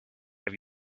have